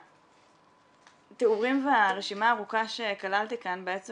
מהתיאורים והרשימה הארוכה שכללתי כאן בעצם